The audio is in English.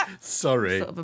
Sorry